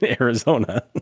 arizona